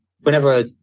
Whenever